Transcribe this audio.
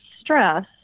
stress